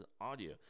audio